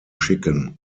schicken